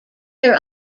their